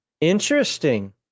Interesting